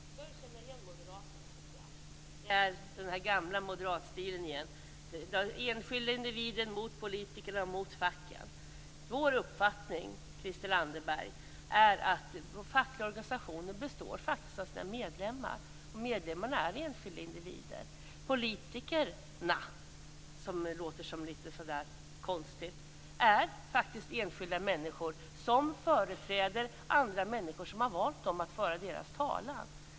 Fru talman! Nu börjar jag känna igen moderaterna. Det är den gamla moderatstilen igen: den enskilde individen mot politikerna, mot facken. Vår uppfattning, Christel Anderberg, är att de fackliga organisationerna består av sina medlemmar. Medlemmarna är enskilda individer. Politikerna, som låter lite konstigt, är faktiskt enskilda människor som företräder andra människor som har valt dessa för att föra deras talan.